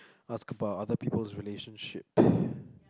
ask about other people's relationships